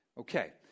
Okay